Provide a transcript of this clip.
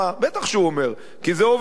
בטח שהוא אומר, כי זה עובד.